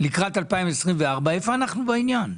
לקראת 2024 איפה אנחנו בעניין?